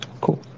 Cool